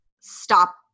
stop